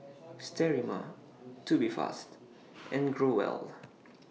Sterimar Tubifast and Growell